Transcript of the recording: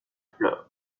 fleurs